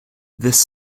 this